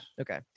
Okay